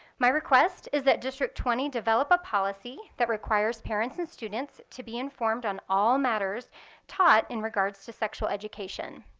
my request is that district twenty develop a policy that requires parents and students to be informed on all matters taught in regards to sexual education.